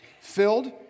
Filled